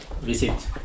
visit